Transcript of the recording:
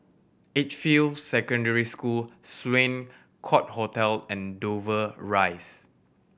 Edgefield Secondary School Sloane Court Hotel and Dover Rise